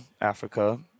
Africa